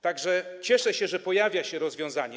Tak że cieszę się, że pojawia się rozwiązanie.